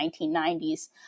1990s